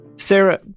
Sarah